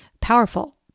powerful